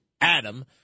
Adam